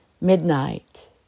Midnight